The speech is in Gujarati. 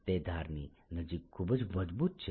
તે ધારની નજીક ખૂબ જ મજબૂત છે